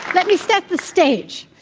let me set the stage.